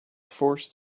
forced